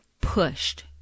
pushed